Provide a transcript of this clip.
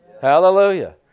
Hallelujah